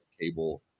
cable